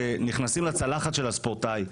שנכנסים לצלחת של הספורטאי,